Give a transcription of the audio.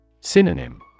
Synonym